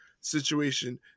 situation